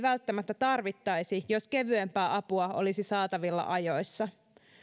välttämättä tarvittaisi jos kevyempää apua olisi saatavilla ajoissa